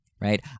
right